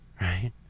Right